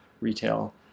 retail